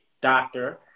doctor